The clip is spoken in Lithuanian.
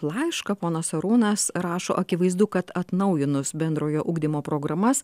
laišką ponas arūnas rašo akivaizdu kad atnaujinus bendrojo ugdymo programas